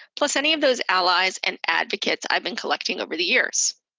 plus any of those allies and advocates i've been collecting over the years.